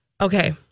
Okay